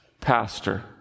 Pastor